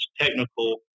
technical